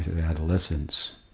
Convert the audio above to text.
adolescence